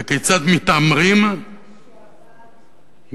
וכיצד מתעמרים בתמימים,